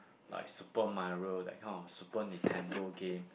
like Super-Mario that kind of super Nintendo game